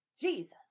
Jesus